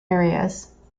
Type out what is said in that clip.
areas